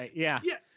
ah yeah. yeah,